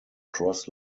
cross